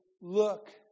look